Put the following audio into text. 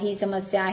ही समस्या आहे